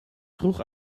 vroeg